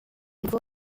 voies